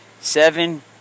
Seven